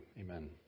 amen